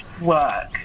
work